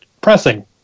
Pressing